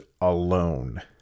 alone